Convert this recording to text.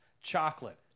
Chocolate